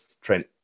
trent